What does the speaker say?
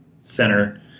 center